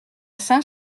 saint